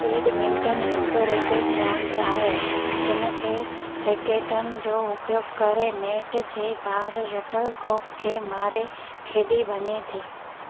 badminton हिकु racket रांदि आहे जिन खे रैकेटनि जो उपयोगु करे नेट जे पार शटल कॉक खे मारे खेॾी वञे थी